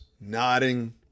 nodding